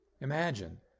Imagine